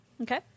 Okay